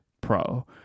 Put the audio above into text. Pro